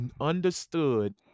understood